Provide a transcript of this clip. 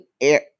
air